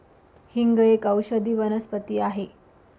हिंग एक औषधी वनस्पती आहे